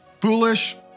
foolish